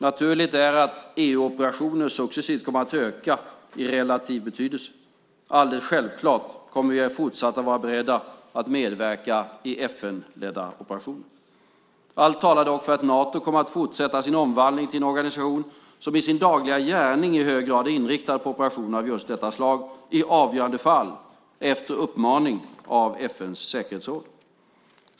Naturligt är att EU-operationer successivt kommer att öka i relativ betydelse. Alldeles självklart kommer vi fortsatt att vara beredda att medverka i FN-ledda operationer. Allt talar dock för att Nato kommer att fortsätta sin omvandling till en organisation som i sin dagliga gärning i hög grad är inriktad på operationer av just detta slag, i avgörande fall efter uppmaning av FN:s säkerhetsråd.